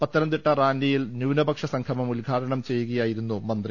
പത്തനംതിട്ട റാന്നിയിൽ ന്യൂനപക്ഷ സംഗമം ഉദ്ഘാടനം ചെയ്യുകയായിരുന്നു മന്ത്രി